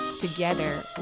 Together